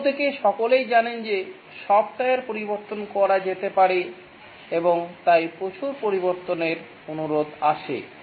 অন্যদিকে সকলেই জানেন যে সফ্টওয়্যার পরিবর্তন করা যেতে পারে এবং তাই প্রচুর পরিবর্তনের অনুরোধ আসে